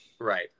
right